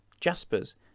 jaspers